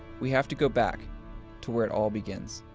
we have to go back to where it all begins.